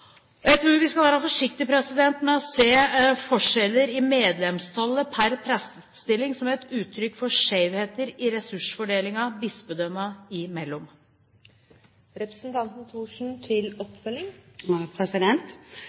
Jeg tror vi skal være forsiktige med å se forskjeller i medlemstallet per prestestilling som et uttrykk for skjevheter i ressursfordelingen bispedømmene imellom. Dersom dette bispedømmet skal komme på samme nivå som landsgjennomsnittet i forhold til